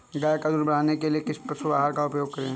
गाय का दूध बढ़ाने के लिए किस पशु आहार का उपयोग करें?